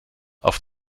auf